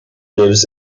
lives